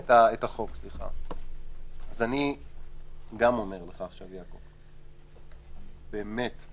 גם אני אומר לך, יעקב, באמת,